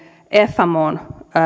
fmon